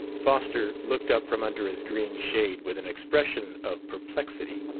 foster looked up from under his green shade with an expression of perplexity.